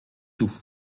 tout